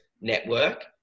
network